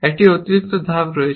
একটি অতিরিক্ত ধাপ রয়েছে